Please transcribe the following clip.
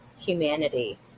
humanity